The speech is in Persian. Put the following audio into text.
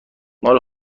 مال